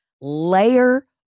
layer